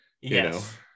Yes